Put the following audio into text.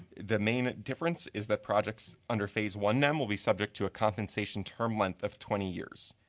the main difference is that projects under phase one them will be subject to a compensation term length of twenty years.